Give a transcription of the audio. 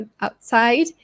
outside